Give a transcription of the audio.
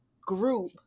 group